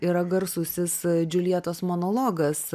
yra garsusis džiuljetos monologas